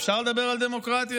אפשר לדבר על דמוקרטיה,